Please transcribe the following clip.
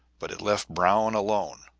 but it left brown alone,